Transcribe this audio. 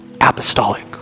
Apostolic